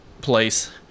place